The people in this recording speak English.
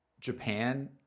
japan